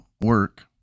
work